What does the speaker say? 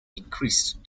increased